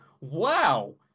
wow